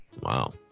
Wow